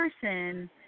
person